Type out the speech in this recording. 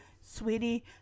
sweetie